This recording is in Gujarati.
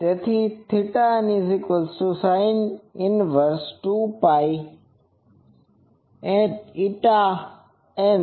તેથી n sin 12 nπkb